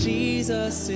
Jesus